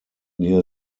near